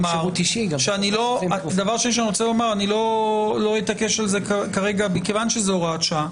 ואני לא אתעקש על זה כרגע מכיוון שזאת הוראת שעה,